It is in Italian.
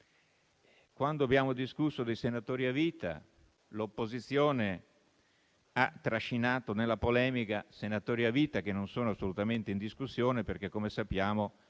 quando abbiamo discusso dei senatori a vita, l'opposizione ha trascinato nella polemica senatori a vita che non sono assolutamente in discussione, perché - come sappiamo